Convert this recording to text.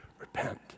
repent